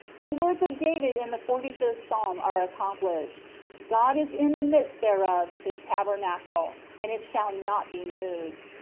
the words of david in the forty fifth psalm are accomplished god is in the midst thereof his tabernacle, and it shall not be moved.